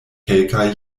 kelkaj